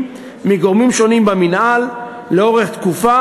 מגורמים שונים במינהל לאורך תקופה,